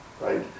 right